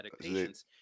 patients